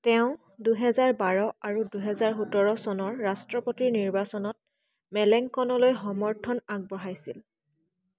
তেওঁ দুহেজাৰ বাৰ আৰু দুহেজাৰ সোতৰ চনৰ ৰাষ্ট্ৰপতিৰ নিৰ্বাচনত মেলেংকনলৈ সমৰ্থন আগবঢ়াইছিল